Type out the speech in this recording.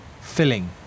Filling